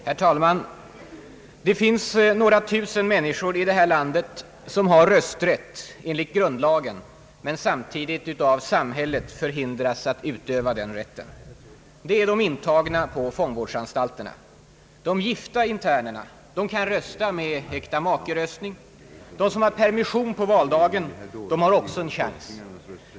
Herr talman! Det finns några tusen människor här i landet som har rösträtt enligt grundlagen men samtidigt av samhället hindras att utöva den rätten. Det är de intagna på fångvårdsanstalterna. De gifta internerna kan utöva sin rätt genom äktamake-röstning. De som erhåller permission på valdagen har också en chans.